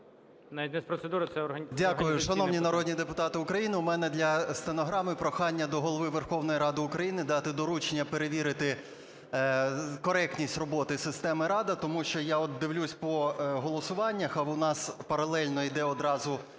Дякую. Шановні народні депутати України, у мене для стенограми, прохання до Голови Верховної Ради України дати доручення перевірити коректність роботи системи "Рада". Тому що я от дивлюсь по голосуваннях, а у нас паралельно іде одразу